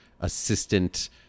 assistant